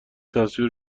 تصویر